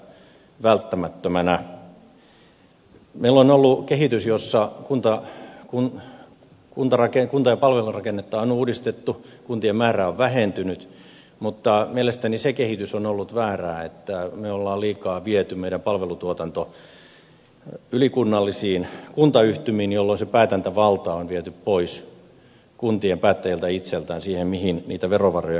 meillä on ollut kehitys jossa kunta ja palvelurakennetta on uudistettu kuntien määrä on vähentynyt mutta mielestäni se kehitys on ollut väärää että me olemme liikaa vieneet palvelutuotantoamme ylikunnallisiin kuntayhtymiin jolloin kuntien päättäjiltä itseltään on viety pois se päätäntävalta siihen mihin niitä verovaroja käytetään